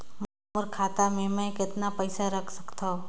मोर खाता मे मै कतना पइसा रख सख्तो?